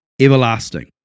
everlasting